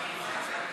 התשע"ו 2015,